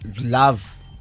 love